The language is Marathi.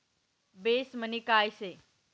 बेस मनी काय शे?